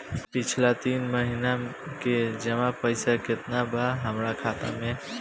पिछला तीन महीना के जमा पैसा केतना बा हमरा खाता मे?